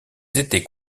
étaient